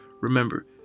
Remember